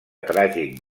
tràgic